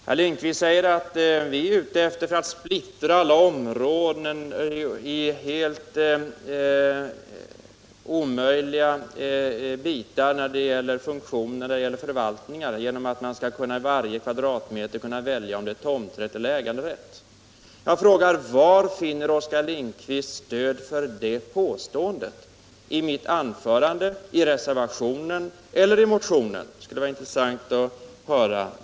Herr Lindkvist säger att vi är ute efter att splittra alla områden i helt omöjliga bitar när det gäller funktion och förvaltning genom förslaget att man för varje kvadratmeter skall kunna välja tomträtt eller äganderätt. Var finner Oskar Lindkvist stöd för det påståendet — i mitt anförande, i reservationen eller i motionen? Det skulle vara intressant att få veta.